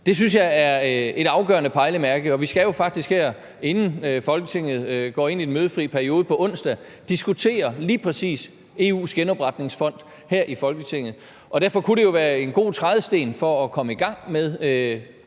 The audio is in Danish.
Det synes jeg er et afgørende pejlemærke, og vi skal jo faktisk her i Folketinget, inden Folketinget går ind i den mødefri periode, på onsdag diskutere lige præcis EU's genopretningsfond. Derfor kunne det jo være en god trædesten for igen at komme i gang med